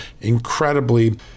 incredibly